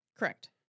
Correct